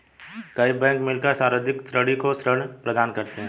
कई बैंक मिलकर संवर्धित ऋणी को ऋण प्रदान करते हैं